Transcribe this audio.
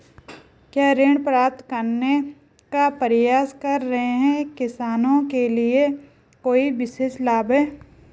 क्या ऋण प्राप्त करने का प्रयास कर रहे किसानों के लिए कोई विशेष लाभ हैं?